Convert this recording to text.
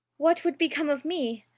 what would become of me?